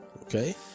Okay